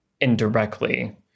indirectly